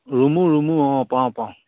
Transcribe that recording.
ৰুমো ৰুমো অঁ পাওঁ পাওঁ